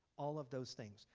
all of those things.